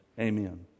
Amen